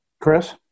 Chris